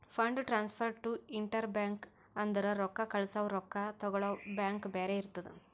fund transfer to interbank ಅಂದುರ್ ರೊಕ್ಕಾ ಕಳ್ಸವಾ ರೊಕ್ಕಾ ತಗೊಳವ್ ಬ್ಯಾಂಕ್ ಬ್ಯಾರೆ ಇರ್ತುದ್